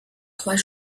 trois